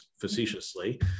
facetiously